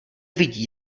vidí